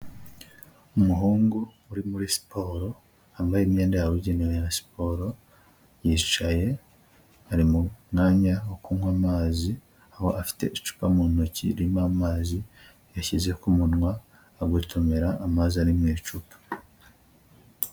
Umuhungu uri muri siporo wambaye imyenda yabugenewe ya siporo, yicaye ari mu mwanya wo kunywa amazi, aho afite icupa mu ntoki ririmo amazi yashyize ku munwa agotomera amazi ari mu icupa.